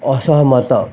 ଅସହମତ